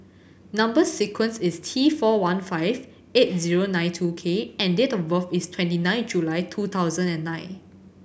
number sequence is T four one five eight zero nine two K and date of birth is twenty nine July two thousand and nine